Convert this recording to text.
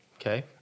Okay